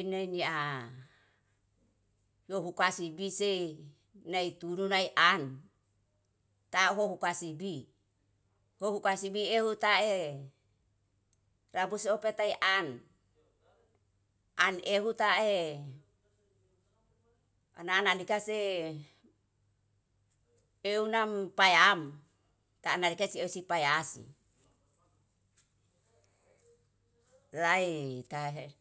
nai ni a yohu kasibise nai turu nai an. Tahohu kasibi kohu kasibi ehu tae rabu sopete an, an ehu tae ana-ana likase eu nam paiam kanalika si osi pae asi lae tahe.